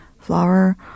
flower